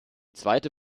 zweite